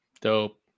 Dope